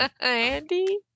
Andy